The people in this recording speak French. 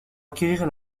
acquérir